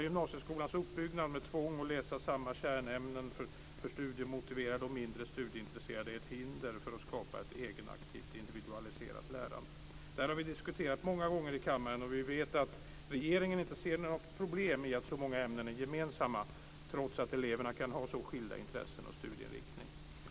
Gymnasieskolans uppbyggnad med tvång och med samma kärnämnen för studiemotiverade och mindre studieintresserade är ett hinder för att skapa ett eget aktivt individualiserat lärande. Det här har vi diskuterat många gånger i kammaren, och vi vet att regeringen inte ser några problem med att så många ämnen är gemensamma, trots att eleverna kan ha så skilda intressen och studieinriktning.